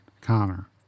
Connor